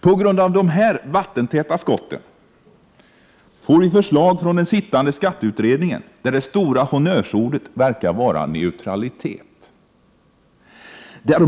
På grund av de här vattentäta skotten får vi förslag från de sittande skatteutredningarna där det stora honnörsordet verkar vara neutralitet.